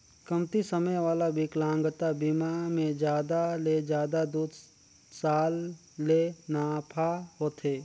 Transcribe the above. कमती समे वाला बिकलांगता बिमा मे जादा ले जादा दू साल ले नाफा होथे